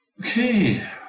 Okay